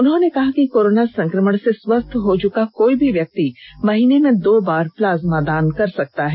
उन्होंने कहा कि कोरोना संक्रमण से स्वस्थ हो चुका कोई भी व्यक्ति महीने में दो बार प्लाज्मा दान कर सकता है